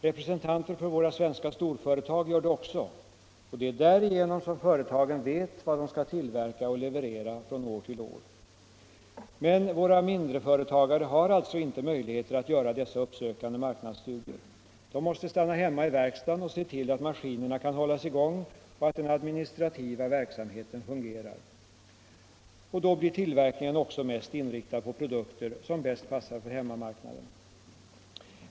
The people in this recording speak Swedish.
Representanter för våra svenska storföretag gör det också, och det är därigenom som företagen vet vad de skall tillverka och leverera från år till år. Men våra mindreföretagare har alltså inte möjligheter att göra dessa uppsökande marknadsstudier. De måste stanna hemma i verkstaden och se till att maskinerna kan hållas i gång och att den administrativa verksamheten fungerar. Och då blir tillverkningen också mest inriktad på produkter som bäst passar för hemmamarknaden.